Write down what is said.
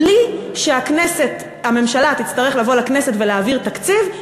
בלי שהממשלה תצטרך לבוא לכנסת ולהעביר תקציב,